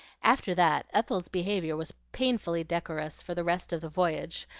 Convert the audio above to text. after that ethel's behavior was painfully decorous for the rest of the voyage,